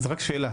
רק שאלה.